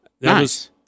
nice